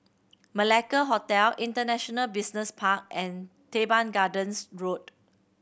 Malacca Hotel International Business Park and Teban Gardens Road